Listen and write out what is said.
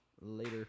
Later